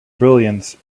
brilliance